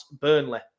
Burnley